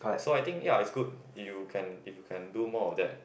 so I think ya is good you can you can do more of that